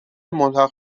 ملحق